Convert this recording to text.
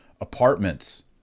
apartments